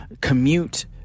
commute